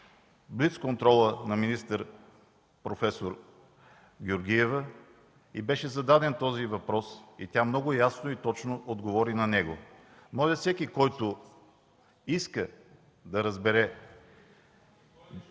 блицконтрола, на министър Георгиева й беше зададен този въпрос и тя много ясно и точно отговори на него. Всеки, който иска да разбере…